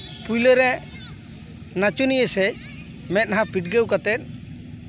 ᱯᱳᱭᱞᱳ ᱨᱮ ᱱᱟᱪᱚᱱᱤᱭᱟᱹ ᱥᱮᱫ ᱢᱮᱫᱦᱟ ᱯᱤᱰᱜᱟᱹᱣ ᱠᱟᱛᱮᱜ